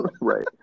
Right